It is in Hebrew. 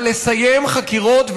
אבל לסיים חקירות,